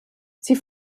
sie